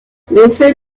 lindsey